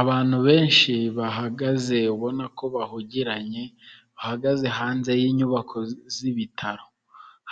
Abantu benshi bahagaze ubona ko bahugiranye, bahagaze hanze y'inyubako z'ibitaro,